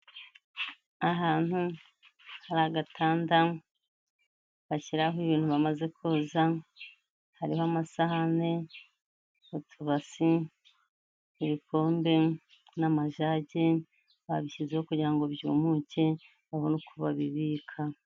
Ahantu hari agatanda bashyiraho ibintu bamaze koza, hariho amasahane, utubasi, ibikode n'amajage babishyizeho kugira ngo byumuke babone uko babibika.